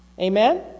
Amen